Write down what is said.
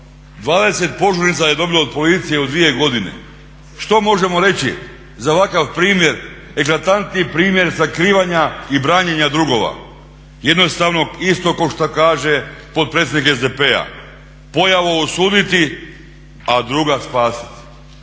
20 požurnica je dobilo od policije u 2 godine, što možemo reći za ovakav primjer, eklatantni primjer sakrivanja i branjenja drugova? Jednostavno isto kao što kaže potpredsjednik SDP-a pojavu osuditi a druga spasiti.